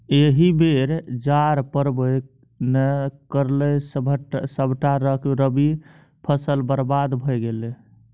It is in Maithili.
एहि बेर जाड़ पड़बै नै करलै सभटा रबी फसल बरबाद भए गेलै